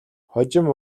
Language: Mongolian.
хожим